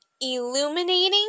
illuminating